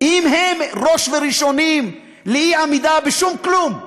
אם הם הראש והראשונים לאי-עמידה בשום כלום,